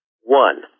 One